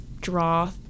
draw